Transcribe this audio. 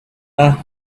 are